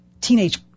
teenage